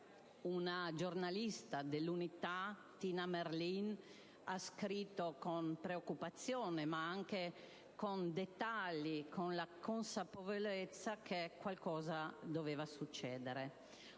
una giornalista de «l'Unità», Tina Merlin, ha scritto con preoccupazione, ma anche con dettagli della consapevolezza che qualcosa doveva succedere.